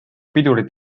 pidurit